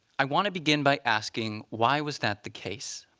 i want to begin by asking, why was that the case?